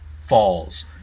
falls